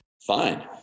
fine